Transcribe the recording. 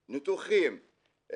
ניתוחים,